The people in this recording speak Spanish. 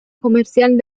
comercial